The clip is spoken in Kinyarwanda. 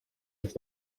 east